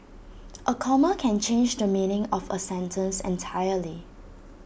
A comma can change the meaning of A sentence entirely